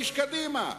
איש קדימה.